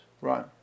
Right